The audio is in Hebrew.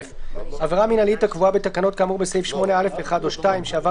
(א)עבירה מינהלית הקבועה בתקנות כאמור בסעיף 8(א)(1) או (2) שעבר